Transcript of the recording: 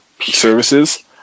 services